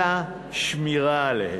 אלא על-ידי שמירה עליהם.